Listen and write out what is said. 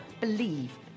believe